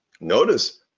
notice